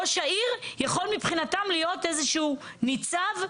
ראש העיר יכול מבחינתם להיות איזה הוא ניצב,